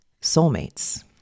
soulmates